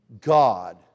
God